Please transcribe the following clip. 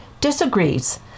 disagrees